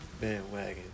bandwagon